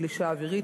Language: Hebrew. גלישה אווירית,